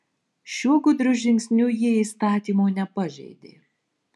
šiuo gudriu žingsniu jie įstatymo nepažeidė